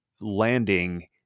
landing